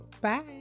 Bye